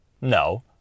No